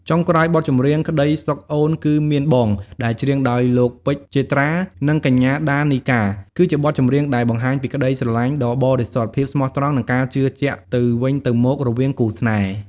ចុងក្រោយ បទចម្រៀង ក្តីសុខអូនគឺមានបង ដែលច្រៀងដោយលោក ពេជ្រ ជេត្រា និងកញ្ញា ដា នីកា គឺជាបទចម្រៀងដែលបង្ហាញពី ក្តីស្រឡាញ់ដ៏បរិសុទ្ធ ភាពស្មោះត្រង់ និងការជឿជាក់ទៅវិញទៅមក រវាងគូស្នេហ៍។